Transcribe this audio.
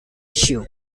issue